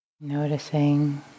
Noticing